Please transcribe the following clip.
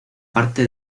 parte